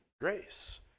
grace